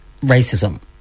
racism